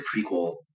prequel